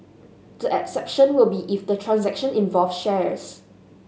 the exception will be if the transaction involved shares